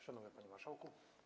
Szanowny Panie Marszałku!